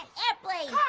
airplanes.